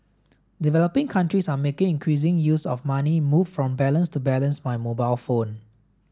developing countries are making increasing use of money moved from balance to balance by mobile phone